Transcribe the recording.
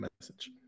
message